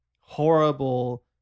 horrible